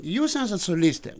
jūs esat solistė